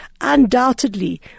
undoubtedly